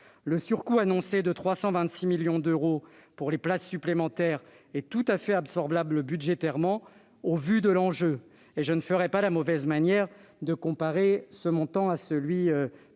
Le surcoût annoncé de 326 millions d'euros pour les places supplémentaires est tout à fait absorbable budgétairement, au vu de l'enjeu. Et je n'aurai pas la mauvaise manière de comparer ce montant à celui qui a été